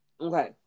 Okay